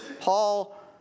Paul